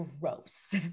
gross